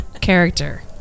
character